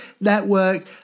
Network